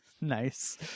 nice